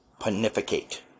panificate